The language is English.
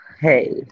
Hey